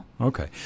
Okay